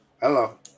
Hello